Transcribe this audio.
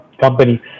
company